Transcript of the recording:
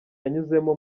yanyuzemo